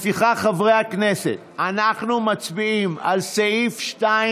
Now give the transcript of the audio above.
לפיכך, חברי הכנסת, אנחנו מצביעים על סעיף 2,